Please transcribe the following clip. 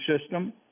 system